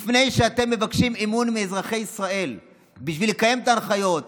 לפני שאתם מבקשים אמון מאזרחי ישראל בשביל לקיים את ההנחיות,